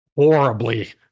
Horribly